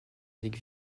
avec